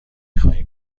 خواهیم